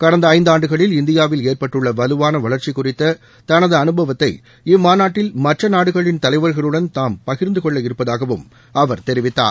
கடந்த ஐந்தாண்டுகளில் இந்தியாவில் ஏற்பட்டுள்ள வலுவான வளர்ச்சி குறித்த தனது அனுபவத்தை இம்மாநாட்டில் மற்ற நாடுகளின் தலைவா்களுடன் தாம் பகிர்ந்தக் கொள்ளவிருப்பதாகவும் அவர் தெரிவித்தார்